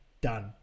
done